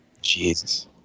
Jesus